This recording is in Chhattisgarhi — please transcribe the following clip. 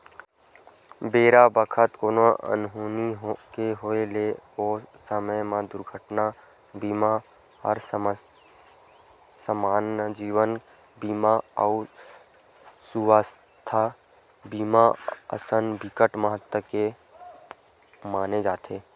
बेरा बखत कोनो अनहोनी के होय ले ओ समे म दुरघटना बीमा हर समान्य जीवन बीमा अउ सुवास्थ बीमा असन बिकट महत्ता के माने जाथे